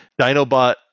Dinobot